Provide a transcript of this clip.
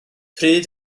pryd